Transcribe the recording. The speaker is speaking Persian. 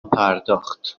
پرداخت